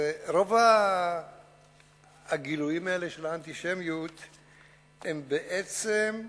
רוב הגילויים האלה של האנטישמיות בעצם,